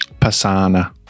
pasana